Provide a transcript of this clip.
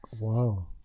Wow